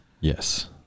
yes